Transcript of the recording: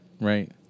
Right